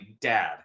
dad